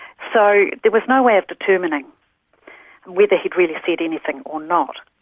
so, there was no way of determining whether he'd really said anything or not.